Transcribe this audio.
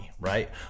right